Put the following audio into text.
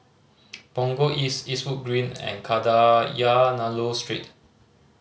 Punggol East Eastwood Green and Kadayanallur Street